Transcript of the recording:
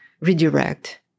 redirect